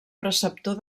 preceptor